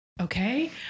Okay